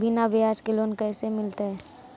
बिना ब्याज के लोन कैसे मिलतै?